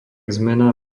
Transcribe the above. zmena